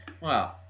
Wow